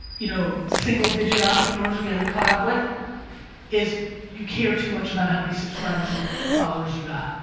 you know, single digit entrepreneurs are getting caught up with is you care too much about how many subscribers and followers you got.